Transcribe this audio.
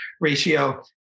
ratio